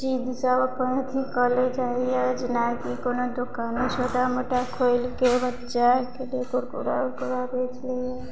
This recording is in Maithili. सब अपन अथी कऽ ले जाइये जेनाकि कोनो दोकान छोटा मोटा खोलिके बच्चाके ले कुरकोड़ा उकोड़ा बेचलैया